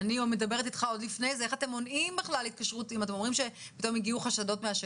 איך אתם מונעים בכלל התקשרות אם אתם אומרים שפתאום הגיעו חשדות מהשטח?